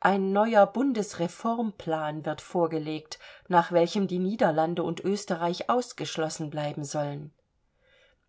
ein neuer bundesreformplan wird vorgelegt nach welchem die niederlande und österreich ausgeschlossen bleiben sollen